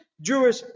Jewish